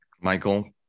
Michael